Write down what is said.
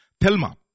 Thelma